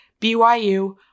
BYU